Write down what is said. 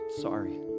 sorry